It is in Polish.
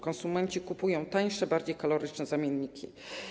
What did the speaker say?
Konsumenci kupują tańsze, bardziej kaloryczne zamienniki.